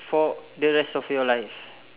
yes they're repeating questions